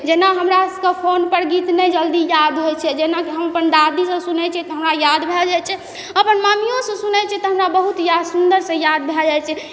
जेना हमरा सबके फोनपर गीत नहि जल्दी याद होइ छै जेनाकि हम अपन दादीसँ सुनय छी तऽ हमरा याद भए जाइ छै अपन मामियोसँ सुनय छियै तऽ हमरा बहुत सुन्दरसँ याद भए जाइ छै